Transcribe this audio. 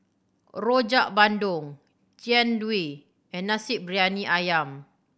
Rojak Bandung Jian Dui and Nasi Briyani Ayam